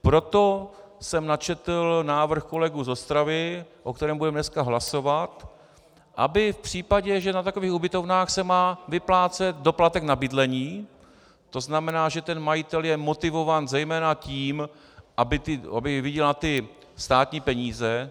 Proto jsem načetl návrh kolegů z Ostravy, o kterém budeme dneska hlasovat, aby v případě, že na takových ubytovnách se má vyplácet doplatek na bydlení, to znamená, že majitel je motivován zejména tím, aby viděl na státní peníze.